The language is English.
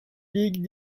league